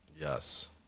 yes